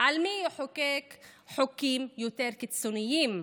על מי יחוקק חוקים יותר קיצוניים,